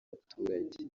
baturage